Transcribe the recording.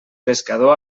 pescador